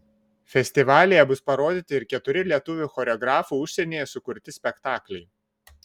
festivalyje bus parodyti ir keturi lietuvių choreografų užsienyje sukurti spektakliai